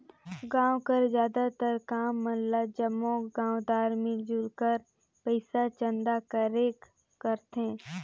गाँव कर जादातर काम मन ल जम्मो गाँवदार मिलजुल कर पइसा चंदा करके करथे